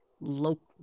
local